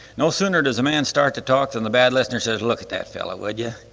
no sooner does a man start to talk than the bad listener says, look at that fella would ya?